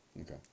okay